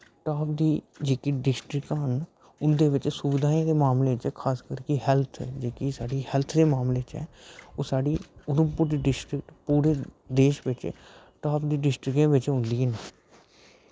top दी जेह्की डिस्ट्रिकां न उं'दे बिच सुविधाएं दे मामले च खासकर कि हैल्थ जेह्की साढ़ी हैल्थ दे मामले च ओह् साढ़ी उधमपुर दी डिस्ट्रिक पूरे देश बिच टॉप दी डिस्टरिकें बिच औंदी ऐ